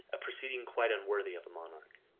a proceeding quite unworthy of a monarch,